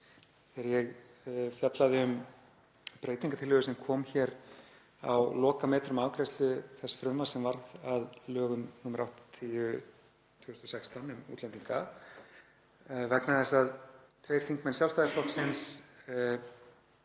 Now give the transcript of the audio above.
þegar ég fjallaði um breytingartillögu sem kom hér á lokametrum við afgreiðslu þess frumvarps sem varð að lögum nr. 80/2016, um útlendinga, vegna þess að tveir þingmenn Sjálfstæðisflokksins